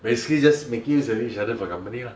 basically just making use of each other for their money lah